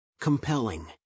Compelling